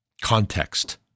context